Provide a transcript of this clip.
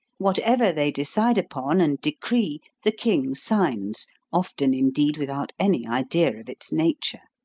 whatever they decide upon and decree, the king signs often, indeed, without any idea of its nature.